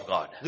God